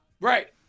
Right